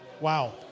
Wow